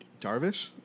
Darvish